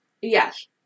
Yes